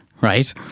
Right